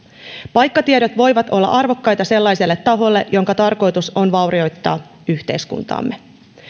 paikkatiedot voivat olla arvokkaita sellaiselle taholle jonka tarkoitus on vaurioittaa yhteiskuntaamme